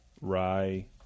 Rye